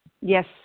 Yes